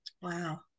Wow